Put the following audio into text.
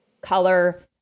color